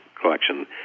collection